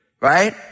Right